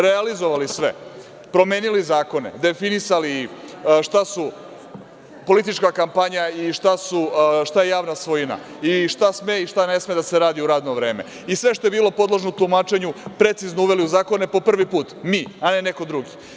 Realizovali sve, promenili zakone, definisali šta su politička kampanja i šta je javna svojina i šta sme i šta ne sme da se radi u radno vreme i sve što je bilo podložno tumačenju, precizno uveli u zakone po prvi put mi, a ne neko drugi.